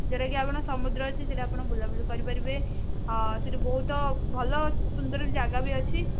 ଯେଉଁଟାକି ଆପଣ ସମୁଦ୍ର ଅଛି ଆପଣ ସେଇଟା ଆପଣ ବୁଲାବୁଲି କରିପାରିବେ ଆ ସେଇଟି ବହୁତ ଭଲ ସୁନ୍ଦର ଜାଗା ବି ଅଛି